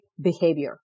behavior